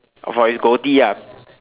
of or it's goatee ya